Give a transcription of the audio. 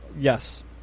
yes